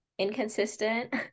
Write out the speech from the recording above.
inconsistent